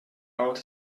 out